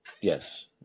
Yes